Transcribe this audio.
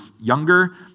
younger